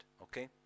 Okay